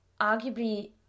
arguably